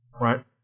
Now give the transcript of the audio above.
right